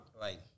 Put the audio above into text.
right